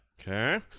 Okay